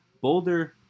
Boulder